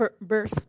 verse